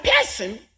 person